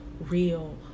real